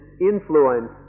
influence